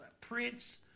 Prince